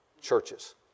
churches